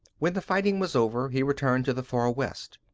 when the fighting was over he returned to the far west.